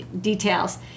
details